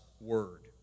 word